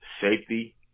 safety